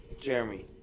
Jeremy